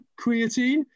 Creatine